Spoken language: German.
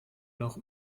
noch